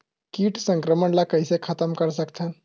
कीट संक्रमण ला कइसे खतम कर सकथन?